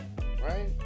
right